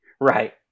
Right